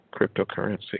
cryptocurrency